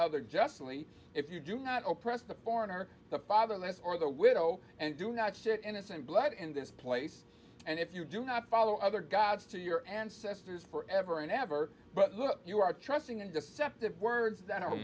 other justly if you do not oppress the foreigner the father less or the widow and do not share innocent blood in this place and if you do not follow other gods to your ancestors for ever and ever but look you are trusting and deceptive words that are